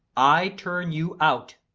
i turn you out.